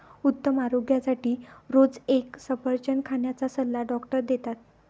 उत्तम आरोग्यासाठी रोज एक सफरचंद खाण्याचा सल्ला डॉक्टर देतात